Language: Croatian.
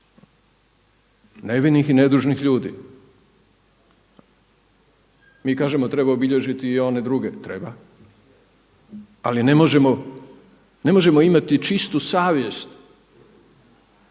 nevinih i nedužnih ljudi. Mi kažemo, treba obilježiti i one druge. Treba, ali ne možemo imati čistu savjest